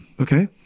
Okay